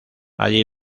allí